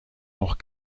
noch